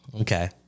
Okay